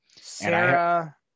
Sarah